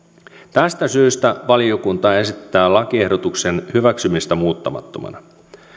tästä syystä valiokunta esittää lakiehdotuksen hyväksymistä muuttamattomana